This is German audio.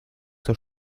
zur